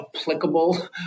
applicable